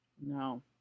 No